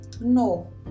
no